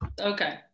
Okay